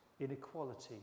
inequality